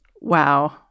Wow